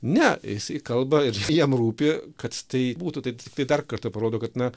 ne jisai kalba ir jam rūpi kad tai būtų tai tik dar kartą parodo kad na